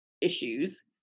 issues